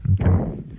Okay